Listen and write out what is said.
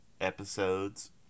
episodes